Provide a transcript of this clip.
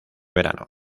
verano